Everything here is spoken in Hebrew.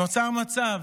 נוצר מצב